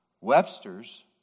Webster's